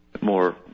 more